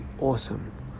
awesome